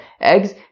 eggs